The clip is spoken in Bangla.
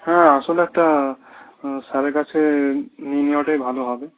হ্যাঁ আসলে একটা স্যারের কাছে নিয়ে নেওয়াটাই ভালো হবে